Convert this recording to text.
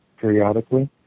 periodically